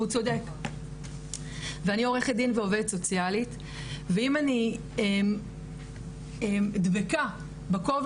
והוא צודק ואני עורכת דיון ועובדת סוציאלית ואם אני דבקה בכובע